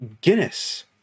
Guinness